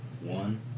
One